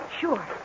Sure